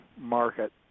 market